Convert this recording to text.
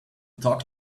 talk